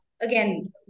again